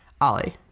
Ollie